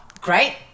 Great